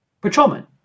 patrolmen